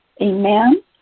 Amen